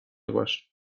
باش